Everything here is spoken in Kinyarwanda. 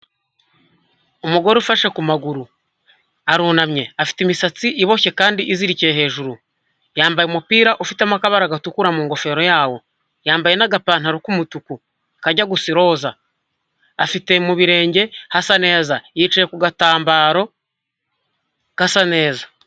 Umugore ufashe ku maguru arunamye, afite imisatsi iboshye kandi izirikiye hejuru, yambaye umupira ufitemo akabara gatukura mu ngofero yawo, yambaye n'agapantaro k'umutuku kajya gu gusa iroza, afite mu birenge hasa neza, yicaye ku gatambaro gasa neza.